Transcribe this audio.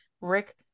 Rick